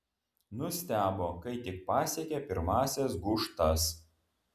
nustebo kai tik pasiekė pirmąsias gūžtas